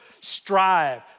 strive